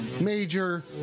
major